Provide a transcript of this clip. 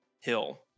hill